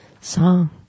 song